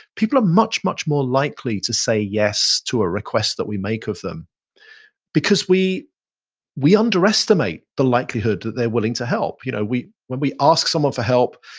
people are much, much more likely to say yes to a request that we make of them because we we underestimate the likelihood that they're willing to help. you know when we ask someone for help,